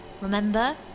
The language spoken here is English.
Remember